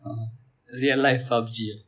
uh real life PUB_G ah